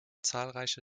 zahlreiche